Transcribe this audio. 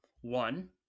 One